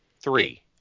Three